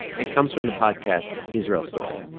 it comes from the podcast israel story.